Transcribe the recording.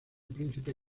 príncipe